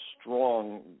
strong